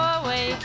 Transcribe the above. away